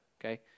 okay